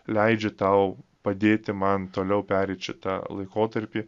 leidžiu tau padėti man toliau pereit šitą laikotarpį